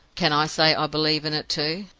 can i say i believe in it, too?